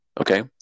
okay